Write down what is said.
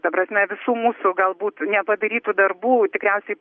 ta prasme visų mūsų galbūt nepadarytų darbų tikriausiai